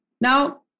Now